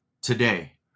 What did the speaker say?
today